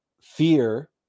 fear